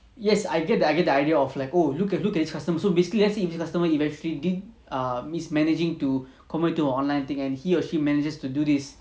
yes I get I get the idea of like oh look at look at this customer so basically let's say if this customer eventually did err means managing to convert into online thing and he or she manages to do this